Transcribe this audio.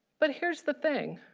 but here's the thing